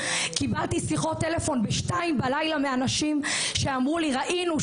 קיבלתי שיחות טלפון בשתיים בלילה מאנשים שאמרו לי ראינו,